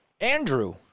Andrew